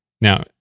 Now